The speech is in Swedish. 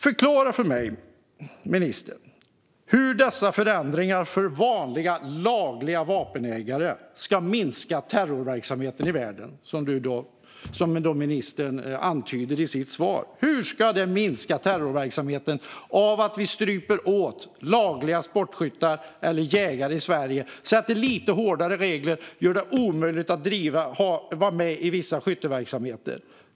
Förklara för mig, ministern, hur dessa förändringar för vanliga lagliga vapenägare ska minska terrorverksamheten i världen, som ministern antyder i sitt svar! Hur ska terrorverksamheten minska av att vi stryper åt detta för lagliga sportskyttar eller jägare i Sverige, sätter lite hårdare regler och gör det omöjligt att vara med i vissa skytteverksamheter?